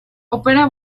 opera